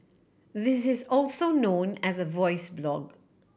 this is also known as a voice blog